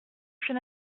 cela